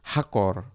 Hakor